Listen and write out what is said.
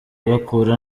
bakura